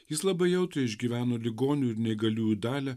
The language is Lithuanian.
jis labai jautriai išgyveno ligonių ir neįgaliųjų dalią